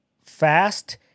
fast